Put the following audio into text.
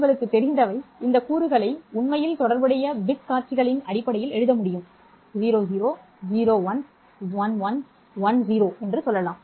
உங்களுக்குத் தெரிந்தவை இந்த கூறுகளை உண்மையில் தொடர்புடைய பிட் காட்சிகளின் அடிப்படையில் எழுத முடியும் 00 00 11 மற்றும் 10 என்று சொல்லலாம்